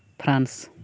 France